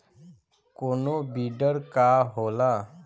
कोनो बिडर का होला?